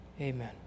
Amen